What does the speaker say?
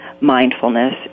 Mindfulness